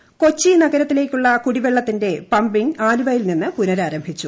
ക്കൊച്ചി ്നഗരത്തിലേയ്ക്കുളള കൂടിവെളളത്തിന്റെ പമ്പിങ്ങ് ആലുവയിൽ നിന്ന് പുനരാരംഭിച്ചു